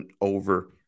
over